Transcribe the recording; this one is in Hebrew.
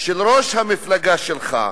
של ראש המפלגה שלך.